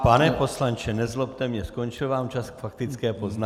Pane poslanče, nezlobte mě, skončil vám čas k faktické poznámce.